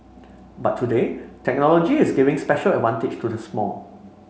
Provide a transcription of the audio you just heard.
but today technology is giving special advantage to the small